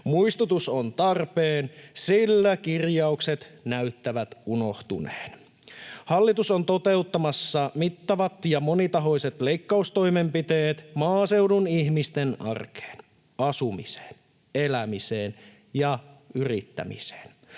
Muistutus on tarpeen, sillä kirjaukset näyttävät unohtuneen. Hallitus on toteuttamassa mittavat ja monitahoiset leikkaustoimenpiteet maaseudun ihmisten arkeen: asumiseen, elämiseen ja yrittämiseen.